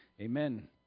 Amen